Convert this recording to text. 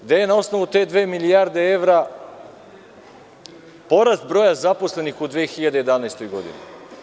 Gde je na osnovu te dve milijarde evra porast broja zaposlenih u 2011. godini?